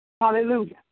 Hallelujah